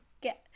get